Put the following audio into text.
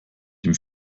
den